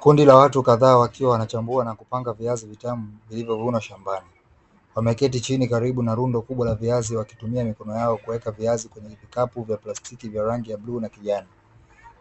Kundi la watu kadhaa wakiwa wanachambua na kupanga viazi vitamu vilivyovunwa shambani. Wameketi chini karibu na rundo kubwa la viazi, wakitumia mikono yao kuweka viazi kwenye vikapu vya plastiki vya rangi ya bluu na kijani,